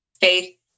faith